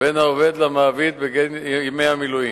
בין העובד למעביד בגין ימי המילואים.